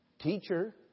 Teacher